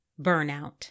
burnout